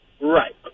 Right